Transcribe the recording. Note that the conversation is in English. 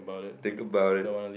think about it